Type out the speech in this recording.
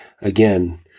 again